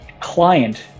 client